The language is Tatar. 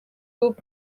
күп